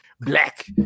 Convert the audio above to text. Black